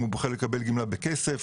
אם הוא בוחר לקבל גמלה בכסף.